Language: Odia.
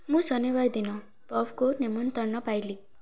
ମୁଁ ଶନିବାର ଦିନ ପବ୍କୁ ନିମନ୍ତ୍ରଣ ପାଇଲି